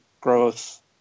growth